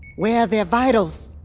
where are their vitals?